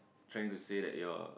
trying to say that your